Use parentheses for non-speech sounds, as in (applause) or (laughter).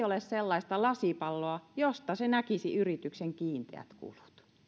(unintelligible) ole sellaista lasipalloa josta se näkisi yrityksen kiinteät kulut